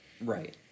Right